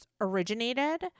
originated